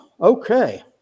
Okay